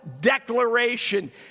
declaration